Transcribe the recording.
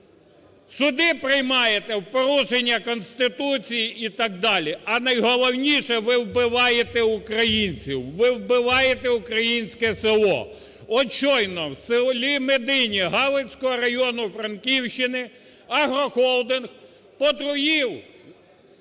суди приймаєте в порушення Конституції і так далі. А найголовніше – ви вбиваєте українців, ви вбиваєте українське село. От щойно в селі Медині Галицького району Франківщини агрохолдинг потруїв